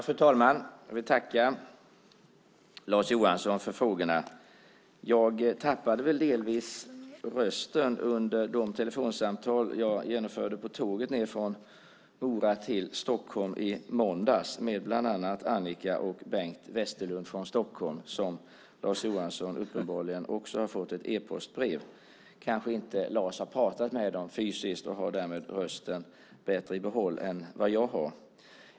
Fru talman! Jag vill tacka Lars Johansson för frågorna. Jag tappade delvis rösten under de telefonsamtal som jag genomförde på tåget från Mora till Stockholm i måndags med bland andra Annika och Bengt Westerlund från Stockholm. Lars Johansson har uppenbarligen också fått ett e-postbrev från dem. Han kanske inte har talat med dem fysiskt och har därmed rösten i bättre behåll än vad jag har.